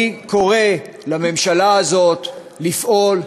אני קורא לממשלה הזאת לפעול,